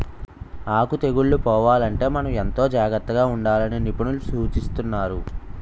ఆకు తెగుళ్ళు పోవాలంటే మనం ఎంతో జాగ్రత్తగా ఉండాలని నిపుణులు సూచిస్తున్నారు